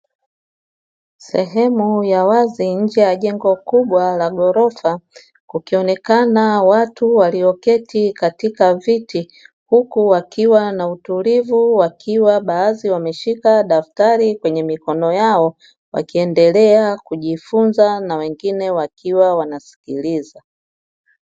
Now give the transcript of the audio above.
Sehemu ya wazi nje ya jengo kubwa la ghorofa kukionekana watu walioketi katika viti huku wakiwa na utulivu, wakiwa baadhi wameshika daftari kwenye mikono yao wakiendelea kujifunza na wengine wakiwa wanasikiliza.